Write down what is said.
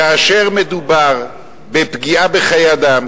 כאשר מדובר בפגיעה בחיי אדם,